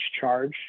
charge